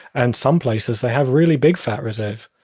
and some places they have really big fat reserves